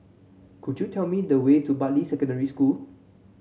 could you tell me the way to Bartley Secondary School